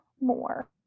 more